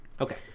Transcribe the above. Okay